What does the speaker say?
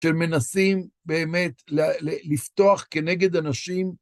של מנסים באמת לפתוח כנגד אנשים